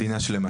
מדינה שלמה.